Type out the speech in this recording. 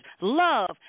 love